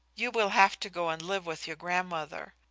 you will have to go and live with your grandmother.